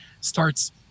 starts